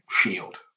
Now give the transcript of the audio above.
shield